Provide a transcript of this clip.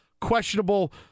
questionable